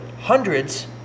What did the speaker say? hundreds